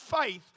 faith